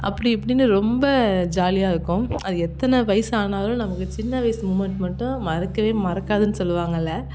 அப்படி இப்படின்னு ரொம்ப ஜாலியாக இருக்கும் அது எத்தனை வயதானாலும் நமக்கு சின்ன வயது மூவ்மெண்ட் மட்டும் மறக்கவே மறக்காதுன்னு சொல்லுவாங்கள்ல